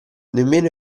nemmeno